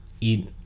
eat